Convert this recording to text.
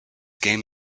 game